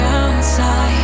outside